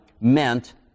meant